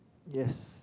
yes